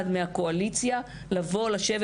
לא נמצא ולו אחד מהקואליציה, לשבת